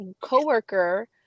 coworker